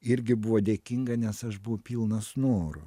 irgi buvo dėkinga nes aš buvau pilnas noro